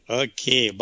okay